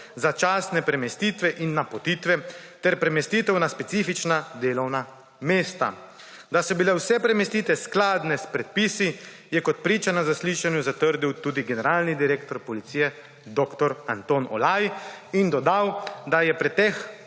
začasne premestitve in napotitve ter premestitev na specifična delovna mesta. Da so bile vse premestitve skladne s predpisi, je kot priča na zaslišanju zatrdil tudi generalni direktor policije dr. Anton Olaj in dodal, da se je pri teh